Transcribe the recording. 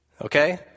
Okay